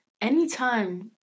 anytime